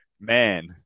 man